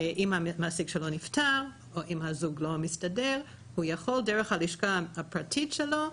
אם המעסיק שלו נפטר או אם הזוג לא מסתדר הוא יכול דרך הלשכה הפרטית שלו,